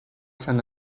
sant